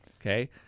Okay